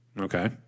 Okay